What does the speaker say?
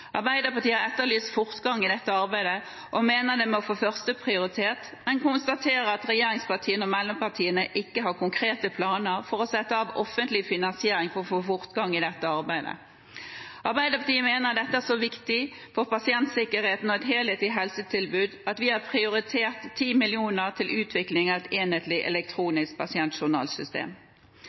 Arbeiderpartiet har etterlyst fortgang i dette arbeidet og mener det må få førsteprioritet. En konstaterer at regjeringspartiene og mellompartiene ikke har konkrete planer for å sette av offentlig finansiering for å få fortgang i dette arbeidet. Arbeiderpartiet mener dette er så viktig for pasientsikkerheten og et helhetlig helsetilbud at vi har prioritert 10 mill. kr til utvikling av et enhetlig elektronisk pasientjournalsystem.